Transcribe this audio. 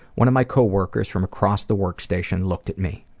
one of my coworkers, from across the workstation, looked at me.